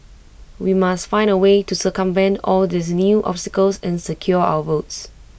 we must find A way to circumvent all these new obstacles and secure our votes